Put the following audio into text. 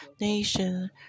Nation